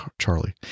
Charlie